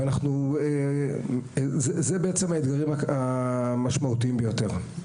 אלה האתגרים המשמעותיים ביותר.